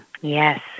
Yes